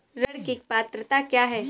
ऋण की पात्रता क्या है?